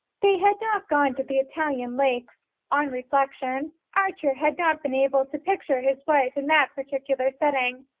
they had not gone to the italian lakes on reflection, archer had not been able to picture his wife in that particular setting.